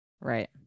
Right